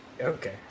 Okay